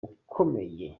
ukomeye